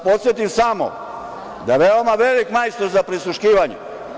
Podsetiću vas samo da je veoma veliki majstor za prisluškivanje.